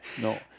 No